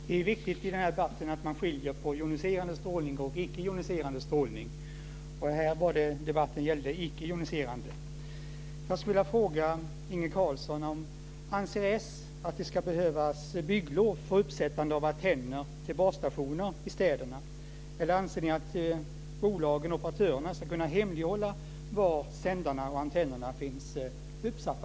Fru talman! Det är viktigt i denna debatt att man skiljer på joniserande strålning och icke joniserande strålning. Debatten gäller icke joniserande strålning. Jag skulle vilja fråga Inge Carlsson om s anser att det ska behövas bygglov för uppsättande av antenner till basstationer i städerna eller om ni anser att bolagen - operatörerna - ska kunna hemlighålla var sändarna och antennerna finns uppsatta.